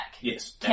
Yes